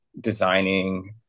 designing